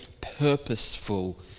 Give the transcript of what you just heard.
purposeful